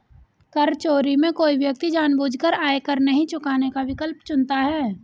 कर चोरी में कोई व्यक्ति जानबूझकर आयकर नहीं चुकाने का विकल्प चुनता है